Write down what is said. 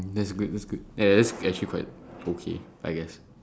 that's good that's good yeah that's actually quite okay I guess